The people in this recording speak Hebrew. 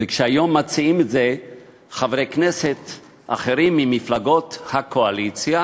וכשהיום מציעים את זה חברי כנסת אחרים ממפלגות הקואליציה